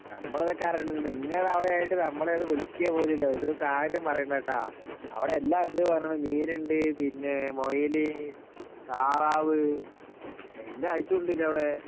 നമ്മളിതൊക്കെ അറിയണത് നിങ്ങളവിടെയായിട്ട് നമ്മളെ ഒന്ന് വിളിക്കുക പോലുമില്ല ഒരു കാര്യവും പറയണ്ടാ കേട്ടോ അവിടെ എല്ലാം ഉണ്ട് എന്നു പറയണൂ മീനുണ്ട് പിന്നെ മുയൽ താറാവ് എല്ലാ ഐറ്റവും ഉണ്ട് അല്ലെ അവിടെ